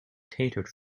catered